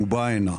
הוא בא הנה.